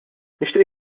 nixtieq